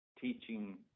teaching